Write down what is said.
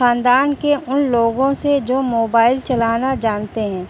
خاندان کے ان لوگوں سے جو موبائل چلانا جانتے ہیں